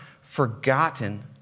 forgotten